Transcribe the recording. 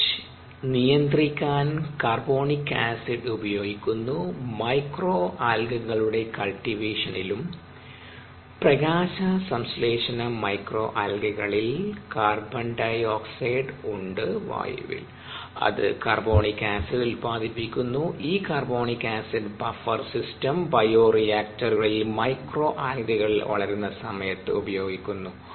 H നിയന്ത്രിക്കാൻ carbonic acid ഉപയോഗിക്കുന്നുമൈക്രോ ആൽഗകളുടെ കൾടിവേഷനിലും പ്രകാശ സംശ്ലേഷണ മൈക്രോ ആൽഗകളിൽ കാർബൺ ഡൈ ഓക്സൈഡ് ഉണ്ട് വായുവിൽ അത് കാർബോണിക് ആസിഡ് ഉൽപാദിപ്പിക്കുന്നുഈ കർബോണിക് ആസിഡ് ബഫർ സിസ്റ്റം ബയോറിയാക്ടറുകളിൽ മൈക്രോ ആൽഗകൾ വളരുന്ന സമയത്ത് ഉപയോഗിക്കുന്നു